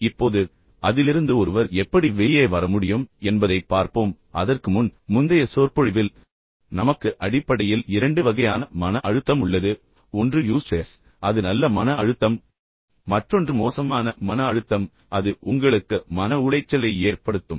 இப்போது அதிலிருந்து ஒருவர் எப்படி வெளியே வர முடியும் என்பதைப் பார்ப்போம் அதற்கு முன் முந்தைய சொற்பொழிவில் நமக்கு அடிப்படையில் இரண்டு வகையான மன அழுத்தம் உள்ளது என்றும் நான் உங்களுக்குச் சொன்னேன் ஒன்று யூஸ்ட்ரெஸ் அது நல்ல மன அழுத்தம் மற்றொன்று மோசமான மன அழுத்தம் அது உங்களுக்கு மன உளைச்சலை ஏற்படுத்தும்